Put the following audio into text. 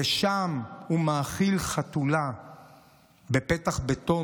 ושם הוא מאכיל חתולה בפתח ביתו,